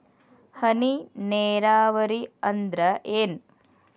ಹನಿ ನೇರಾವರಿ ಅಂದ್ರ ಏನ್?